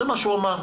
זה מה שהוא אמר,